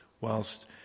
whilst